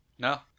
No